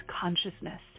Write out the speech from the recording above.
consciousness